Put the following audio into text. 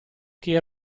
che